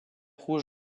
rouge